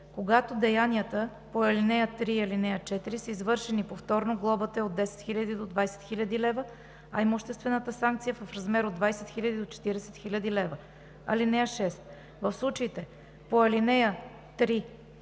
Когато деянията по ал. 3 и ал. 4 са извършени повторно, глобата е от 10 000 до 20 000 лева, а имуществената санкция е в размер от 20 000 до 40 000 лева. (6) В случаите по ал. 3